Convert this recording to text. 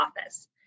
office